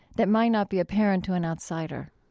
that might not be apparent to an outsider?